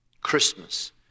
Christmas